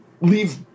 Leave